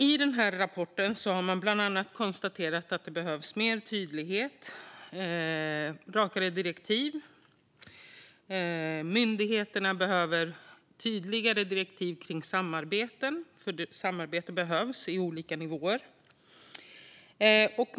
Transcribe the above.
I denna rapport har man bland annat konstaterat att det behövs mer tydlighet och rakare direktiv. Myndigheterna behöver tydligare direktiv om samarbete, för samarbete behövs på olika nivåer.